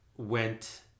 went